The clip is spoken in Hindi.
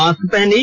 मास्क पहनें